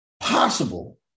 possible